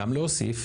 גם להוסיף,